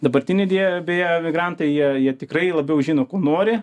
dabartiniai deja beja emigrantai jie jie tikrai labiau žino ko nori